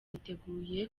niteguye